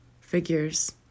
Figures